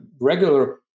regular